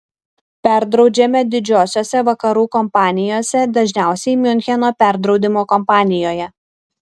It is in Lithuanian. perdraudžiame didžiosiose vakarų kompanijose dažniausiai miuncheno perdraudimo kompanijoje